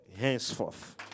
henceforth